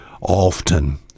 often